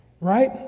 right